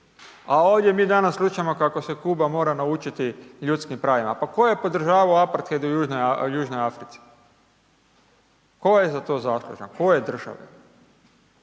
A ovdje mi danas slušamo kako se Kuba mora naučiti ljudskim pravima, pa tko je podržavao Aparted u Južnoj Africi? Tko je za to zaslužan, koje države?